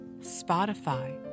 Spotify